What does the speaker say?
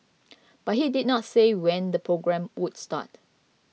but he did not say when the programme would start